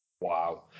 Wow